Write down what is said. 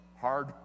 hard